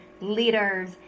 leaders